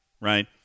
right